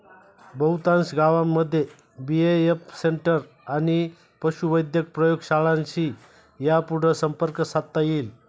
बहुतांश गावांमध्ये BAF centre आणि पशुवैद्यक प्रयोगशाळांशी यापुढं संपर्क साधता येईल